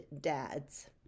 Dads